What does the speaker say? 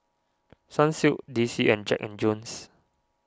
Sunsilk D C and Jack and Jones